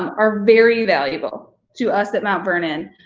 are very valuable to us at mount vernon,